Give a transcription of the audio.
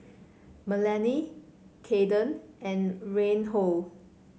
Melany Kaeden and Reinhold